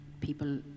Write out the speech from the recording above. people